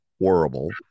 horrible